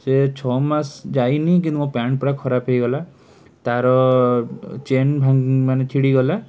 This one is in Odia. ସେ ଛଆମାସ ଯାଇନି କିନ୍ତୁ ମୋ ପ୍ୟାଣ୍ଟ ପୂରା ଖରାପ ହେଇଗଲା ତା'ର ଚେନ୍ ମାନେ ଛିଡ଼ିଗଲା